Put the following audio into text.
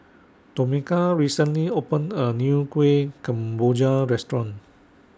Tomeka recently opened A New Kuih Kemboja Restaurant